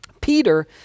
Peter